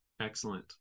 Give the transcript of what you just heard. Excellent